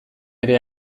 ere